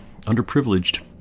underprivileged